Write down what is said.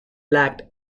lacked